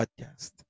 podcast